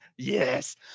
Yes